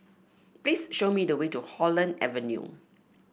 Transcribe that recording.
please show me the way to Holland Avenue